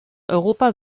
europa